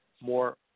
more